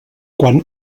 quan